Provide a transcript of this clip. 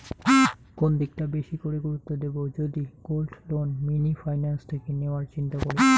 কোন দিকটা বেশি করে গুরুত্ব দেব যদি গোল্ড লোন মিনি ফাইন্যান্স থেকে নেওয়ার চিন্তা করি?